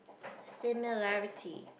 similarity